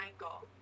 Michael